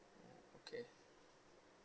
okay